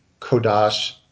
Kodash